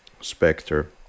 Spectre